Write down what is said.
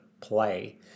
play